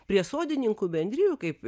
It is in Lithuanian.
prie sodininkų bendrijų kaip